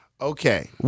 Okay